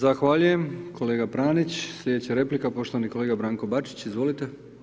Zahvaljujem kolega Pranić, sljedeća replika, poštovani kolega Branko Bačić, izvolite.